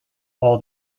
all